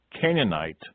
Canaanite